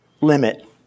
limit